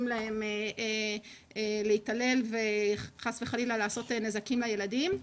להם להתעלל וחס וחלילה לעשות נזקים לילדים.